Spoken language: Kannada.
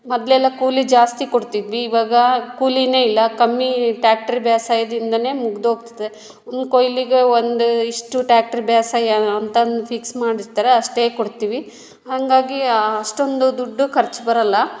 ಮೊದಲೆಲ್ಲ ಕೂಲಿ ಜಾಸ್ತಿ ಕೊಡ್ತಿದ್ವಿ ಇವಾಗ ಕೂಲಿಯೇ ಇಲ್ಲ ಕಮ್ಮಿ ಟ್ಯಾಕ್ಟ್ರ್ ಬೇಸಾಯದಿಂದಲೇ ಮುಗಿದೋಗ್ತದೆ ಒಂದು ಕೊಯ್ಲಿಗೆ ಒಂದು ಇಷ್ಟು ಟ್ಯಾಕ್ಟ್ರ್ ಬೇಸಾಯ ಅಂತಂದು ಫಿಕ್ಸ್ ಮಾಡಿರ್ತಾರೆ ಅಷ್ಟೇ ಕೊಡ್ತೀವಿ ಹಾಗಾಗಿ ಅಷ್ಟೊಂದು ದುಡ್ಡು ಖರ್ಚು ಬರಲ್ಲ